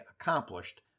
accomplished